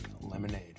lemonade